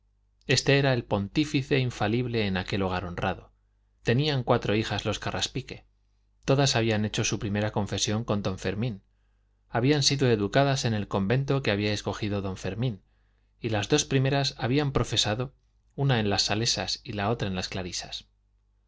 este era el pontífice infalible en aquel hogar honrado tenían cuatro hijas los carraspique todas habían hecho su primera confesión con don fermín habían sido educadas en el convento que había escogido don fermín y las dos primeras habían profesado una en las salesas y otra en las clarisas